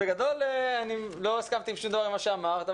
בגדול לא הסכמתי עם שום דבר שאמרת.